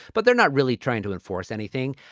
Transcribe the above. but they're not really trying to enforce anything.